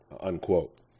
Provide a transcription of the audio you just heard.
unquote